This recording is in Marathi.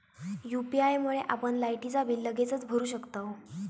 यू.पी.आय मुळे आपण लायटीचा बिल लगेचच भरू शकतंव